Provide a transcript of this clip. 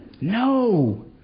No